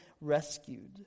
rescued